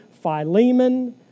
Philemon